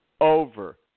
over